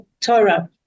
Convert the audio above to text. Torah